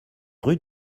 rue